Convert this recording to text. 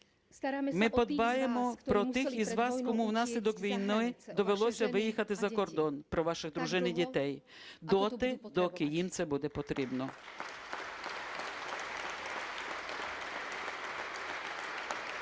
ми подбаємо про тих з вас, кому внаслідок війни довелося виїхати за кордон, про ваших дружин і дітей, доти, доки їм це буде потрібно.